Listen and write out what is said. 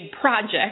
project